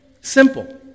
Simple